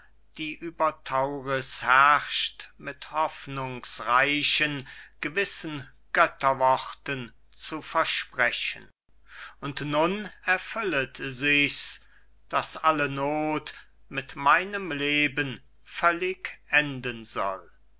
die über tauris herrscht mit hoffnungsreichen gewissen götterworten zu versprechen und nun erfüllet sich's daß alle noth mit meinem leben völlig enden soll